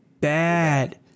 bad